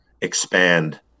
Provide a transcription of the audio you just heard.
expand